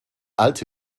alte